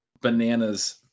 bananas